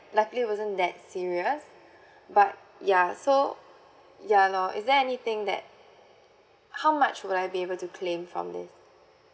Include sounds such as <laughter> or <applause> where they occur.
luckily it wasn't that serious <breath> but ya so ya lor is there anything that how much would I be able to claim from this